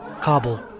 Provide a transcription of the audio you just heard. Kabul